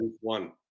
One